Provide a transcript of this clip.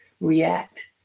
react